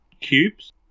cubes